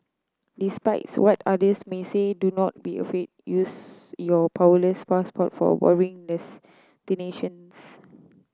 despite it's what others may say do not be afraid use your powerless passport for boring destinations